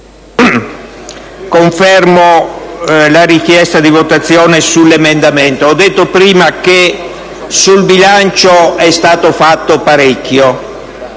confermo la richiesta di votazione. Ho detto prima che sul bilancio è stato fatto parecchio.